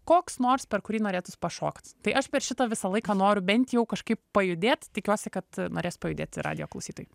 koks nors per kurį norėtųs pašokt tai aš per šitą visą laiką noriu bent jau kažkaip pajudėt tikiuosi kad norės pajudėt ir radijo klausytojai